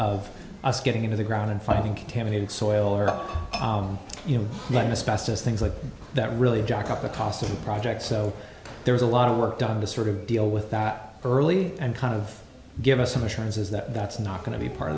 of us getting into the ground and finding contaminated soil or you know that discusses things like that really jack up the cost of the project so there was a lot of work done to sort of deal with that early and kind of give us some assurances that that's not going to be part